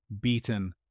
beaten